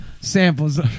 samples